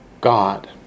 God